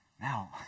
Now